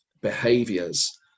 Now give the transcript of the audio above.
behaviors